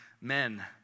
men